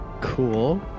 cool